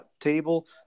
table